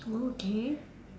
okay